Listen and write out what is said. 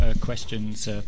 questions